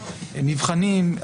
מבחנים,